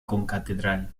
concatedral